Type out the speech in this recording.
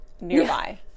nearby